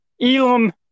Elam